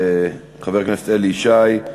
חבר הכנסת אלי ישי.